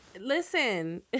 listen